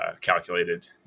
calculated